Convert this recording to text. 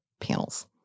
panels